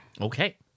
Okay